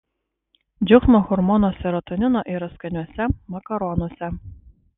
džiaugsmo hormono serotonino yra skaniuose makaronuose